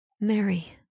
Mary